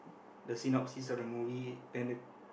the scene up scenes of the movie then the